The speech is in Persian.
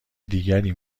دیگری